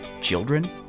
children